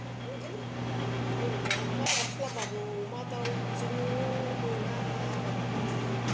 ओमफ्राय बिदिनो माबा आबाद खालामबाबो अमा दाउजोंनो मोना आबादखौनो